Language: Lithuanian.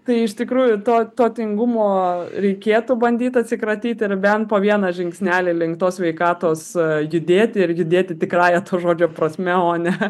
tai iš tikrųjų to to tingumo reikėtų bandyt atsikratyti ir bent po vieną žingsnelį link tos sveikatos judėti ir judėti tikrąja to žodžio prasme o ne